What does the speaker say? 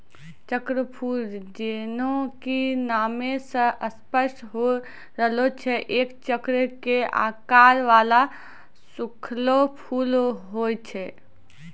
चक्रफूल जैन्हों कि नामै स स्पष्ट होय रहलो छै एक चक्र के आकार वाला सूखलो फूल होय छै